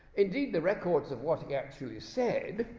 indeed the records of what he actually said